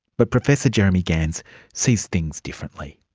but professor jeremy gans sees things differently.